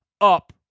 up